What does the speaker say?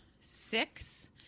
six